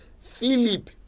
Philip